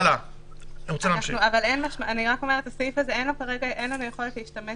אני רק אומרת שאין לנו יכולת כרגע להשתמש